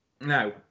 No